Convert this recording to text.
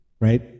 Right